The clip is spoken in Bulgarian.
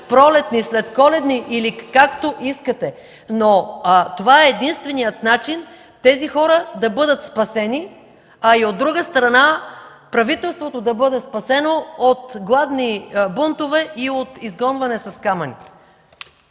пролетни, следколедни, както искате, но това е единственият начин тези хора да бъдат спасени, а от друга страна, да бъде спасено правителството от гладни бунтове и от изгонване с камъни.